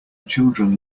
children